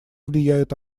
влияют